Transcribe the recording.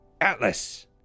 Atlas